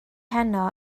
heno